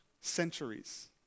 centuries